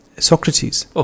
Socrates